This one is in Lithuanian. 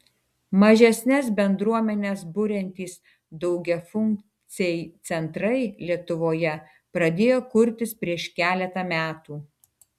mažesnes bendruomenes buriantys daugiafunkciai centrai lietuvoje pradėjo kurtis prieš keletą metų